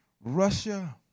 Russia